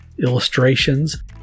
illustrations